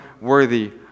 worthy